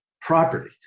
property